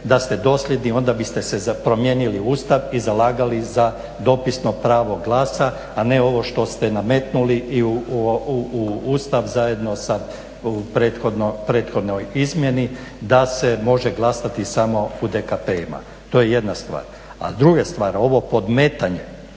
da ste dosljedni onda biste promijenili Ustav i zalagali za dopisno pravo glasa, a ne ovo što ste nametnuli i u Ustav zajedno u prethodnoj izmjeni, da se može glasati samo u DKP-ima. To je jedna stvar. A druga stvar, ovo podmetanje